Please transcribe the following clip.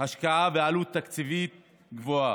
השקעה ועלות תקציבית גבוהה.